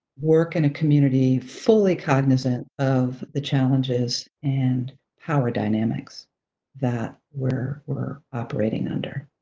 work in a community fully cognizant of the challenges and power dynamics that we're we're operating under.